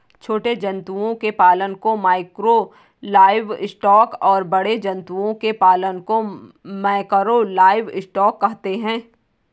छोटे जंतुओं के पालन को माइक्रो लाइवस्टॉक और बड़े जंतुओं के पालन को मैकरो लाइवस्टॉक कहते है